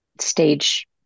stage